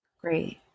Great